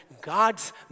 God's